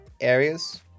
areas